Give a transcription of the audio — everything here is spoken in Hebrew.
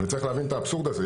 צריך להבין את האבסורד הזה.